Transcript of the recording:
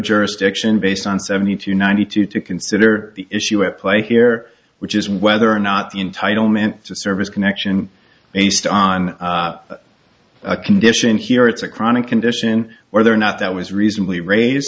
jurisdiction based on seventy two ninety two to consider the issue at play here which is whether or not entitle meant to service connection based on a condition here it's a chronic condition whether or not that was reasonably raise